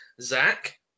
Zach